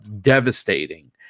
devastating